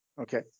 Okay